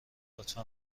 لطفا